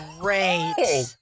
Great